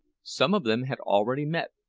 some of them had already met,